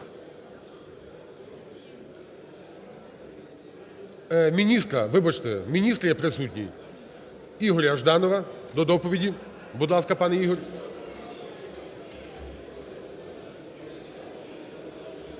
Міністра, вибачте, міністр є присутній, Ігоря Жданова до доповіді. Будь ласка, пане Ігор.